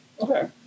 okay